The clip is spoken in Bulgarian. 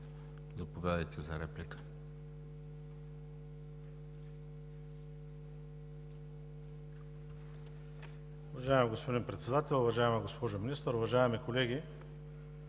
заповядайте за реплика.